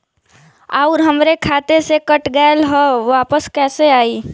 आऊर हमरे खाते से कट गैल ह वापस कैसे आई?